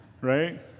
right